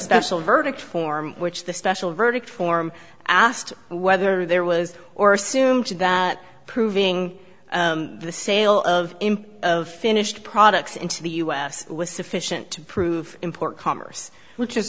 special verdict form which the special verdict form asked whether there was or assumed that proving the sale of im of finished products into the u s was sufficient to prove import commerce which is